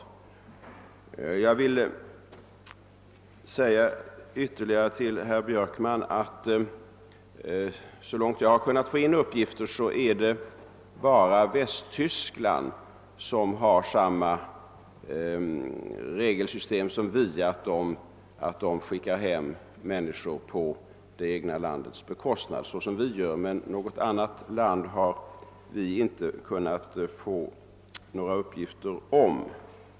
Sedan vill jag säga till herr Björkman att enligt de uppgifter jag kunnat få in är det bara Västtyskland som har samma regelsystem som vi, alltså att man skickar hem utlänningar på sitt eget lands bekostnad såsom vi gör. Vi har inga uppgifter om att man gör det i andra länder.